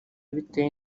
bitewe